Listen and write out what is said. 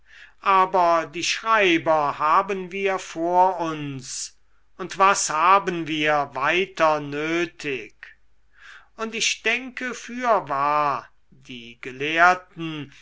aber die schreiber haben wir vor uns und was haben wir weiter nötig und ich denke fürwahr die